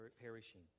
perishing